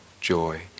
joy